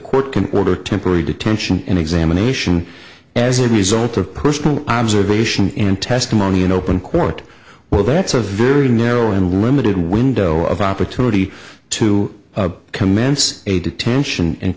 can order temporary detention and examination as a result of personal observation in testimony in open court well that's a very narrow and limited window of opportunity to commence a detention and